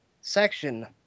section